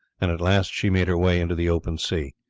and at last she made her way into the open sea.